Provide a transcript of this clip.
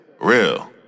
real